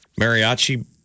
Mariachi